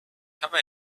come